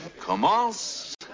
commence